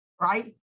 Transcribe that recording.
right